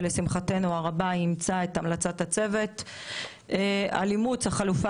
ולשמחתנו הרבה היא אימצה את המלצת הצוות על אימוץ החלופה